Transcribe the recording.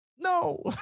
No